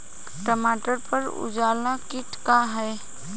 टमाटर पर उजला किट का है?